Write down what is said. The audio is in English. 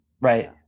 Right